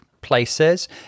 places